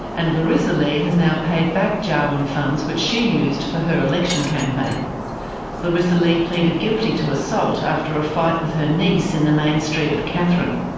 and larisa lee has now paid back jawoyn and funds which she used for her election campaign larisa lee pleaded guilty to assault after a fight with her niece in the main street of katherine.